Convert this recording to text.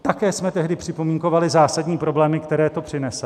Také jsme tehdy připomínkovali zásadní problémy, které to přinese.